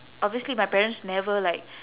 obviously my parents never like